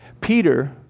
Peter